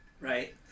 Right